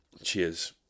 Cheers